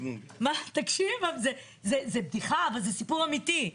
תקשיב, זה בדיחה, אבל זה סיפור אמיתי.